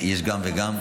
יש גם וגם.